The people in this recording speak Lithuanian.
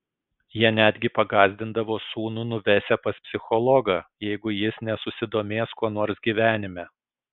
jie netgi pagąsdindavo sūnų nuvesią pas psichologą jeigu jis nesusidomės kuo nors gyvenime